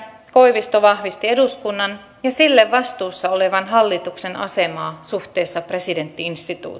koivisto vahvisti eduskunnan ja sille vastuussa olevan hallituksen asemaa suhteessa presidentti instituutioon